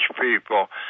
people